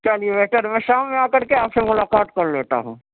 چلیے بہتر ہے میں شام میں آ کر کے آپ سے ملاقات کرلیتا ہوں